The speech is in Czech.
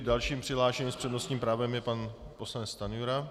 Dalším přihlášeným s přednostním právem je pan poslanec Stanjura.